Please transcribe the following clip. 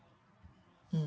mm